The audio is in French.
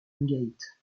gate